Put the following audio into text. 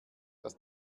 das